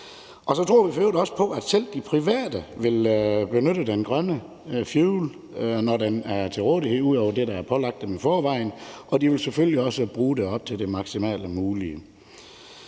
Og så tror vi for øvrigt også på, at selv de private vil benytte den grønne fuel, når den bliver til rådighed, ud over det, der er pålagt dem i forvejen, og de vil selvfølgelig også bruge det op til det maksimalt mulige.